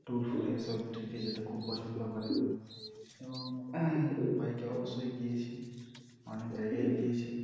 tour ফুরে সব ট্রিপে যেতে খুব পছন্দ করে এবং বাইকে অবশ্যই গিয়েছি অনেক জায়গায়ই গিয়েছি